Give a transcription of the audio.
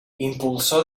impulsor